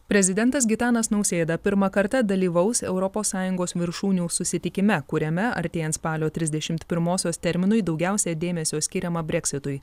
prezidentas gitanas nausėda pirmą kartą dalyvaus europos sąjungos viršūnių susitikime kuriame artėjant spalio trisdešimt pirmosios terminui daugiausiai dėmesio skiriama breksitui